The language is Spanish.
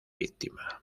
víctima